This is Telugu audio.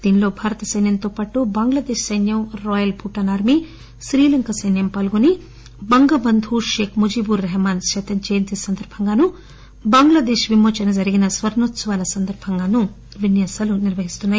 దీనిలో భారత సైన్యంతో పాటు బంగ్లాదేశ్ సైన్యం రాయల్ భూటాన్ ఆర్మీ శ్రీలంక సైన్యం పాల్గొని బంగబంధుషేక్ ముజిబు రేహమాన్ శత జయంతి సందర్బంగా ఆయనకు నివాళి అర్పిస్తున్న బంగ్లాదేశ్ విమోచన జరిగిన స్వర్ణోత్సవాల సందర్భంగా ఈ విన్యాసాలు జరుగుతున్సాయి